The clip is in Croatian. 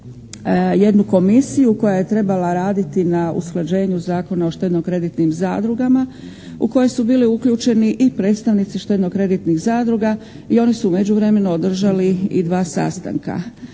jednu komisiju koja je trebala raditi na usklađenju Zakona o štedno-kreditnim zadrugama u koje su bili uključeni i predstavnici štedno-kreditnih zadruga i oni su u međuvremenu održali i dva sastanka